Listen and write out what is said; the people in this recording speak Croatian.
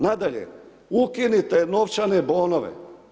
Nadalje, ukinute novčane bonove.